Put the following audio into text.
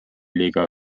liiga